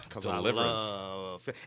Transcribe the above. Deliverance